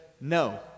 no